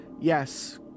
yes